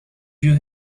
you